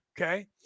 okay